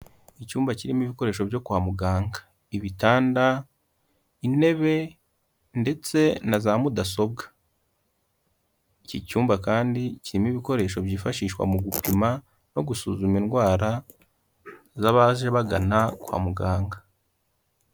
Icyumba kirimo ibikoresho byo kwa muganga ibitanda, intebe ndetse na za mudasobwa, iki cyumba kandi kirimo ibikoresho byifashishwa mu gupima no gusuzuma indwara z'abaje bagana kwa muganga.